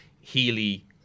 Healy